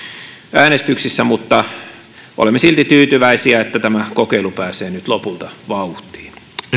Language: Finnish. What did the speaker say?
äänestyksissä mutta olemme silti tyytyväisiä että tämä kokeilu pääsee nyt lopulta vauhtiin